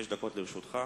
חמש דקות לרשותך.